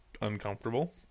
uncomfortable